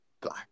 black